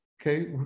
Okay